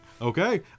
Okay